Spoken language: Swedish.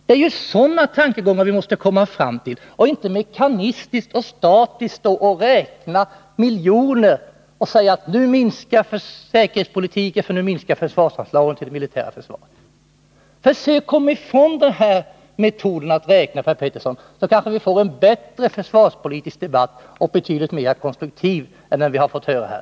Det är sådana tankegångar vi måste komma fram till och inte mekaniskt och statiskt räkna miljoner och säga: Nu försämras säkerhetspolitiken, för nu minskar anslagen till det militära försvaret. Försök att komma ifrån den metoden att räkna, Per Petersson! Då kanske vi får en bättre försvarspolitisk debatt, en som är betydligt mer konstruktiv än den som förevarit här.